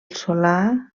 solà